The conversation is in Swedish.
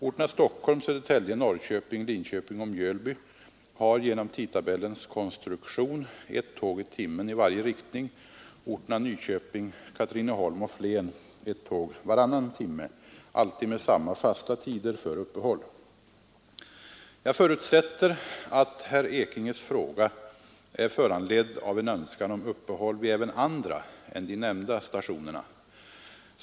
Orterna Stockholm, Södertälje, Norrköping, Linköping och Mjölby har genom tidtabellens konstruktion ett tåg i timmen i varje riktning, orterna Nyköping, Katrineholm och Flen ett tåg varannan timme — alltid med samma fasta tider för uppehåll. Jag förutsätter att herr Ekinges fråga är föranledd av en önskan om uppehåll vid även andra än de nämnda stationerna.